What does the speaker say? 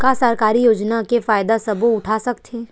का सरकारी योजना के फ़ायदा सबो उठा सकथे?